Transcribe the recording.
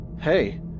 Hey